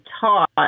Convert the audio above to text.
taught